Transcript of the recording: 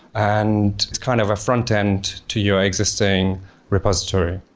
and kind of a frontend to your existing repository.